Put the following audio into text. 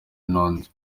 nundi